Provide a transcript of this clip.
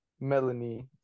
Melanie